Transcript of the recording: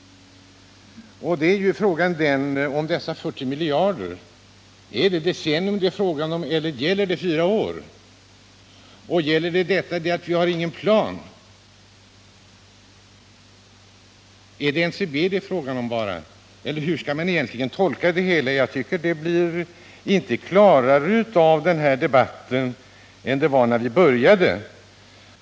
Frågan gäller då de 40 miljarder kronorna. Är det ett decennium det är fråga om, eller gäller det fyra år? Gäller uttalandet att vi inte har någon plan enbart för NCB, eller hur skall man tolka det? Uttalandet blir inte klarare av denna debatt än det var när vi började.